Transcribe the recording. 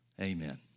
amen